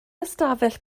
ystafell